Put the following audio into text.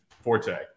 Forte